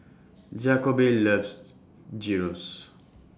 Jakobe loves Gyros